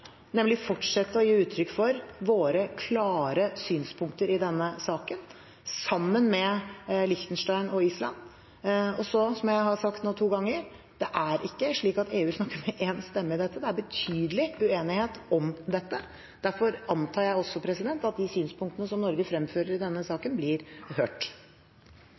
nemlig å fortsette å gi uttrykk for våre klare synspunkter i denne saken, sammen med Liechtenstein og Island. Og så, som jeg har sagt nå to ganger: Det er ikke slik at EU snakker med én stemme her. Det er betydelig uenighet om dette. Derfor antar jeg også at de synspunktene som Norge fremfører i denne saken, blir hørt.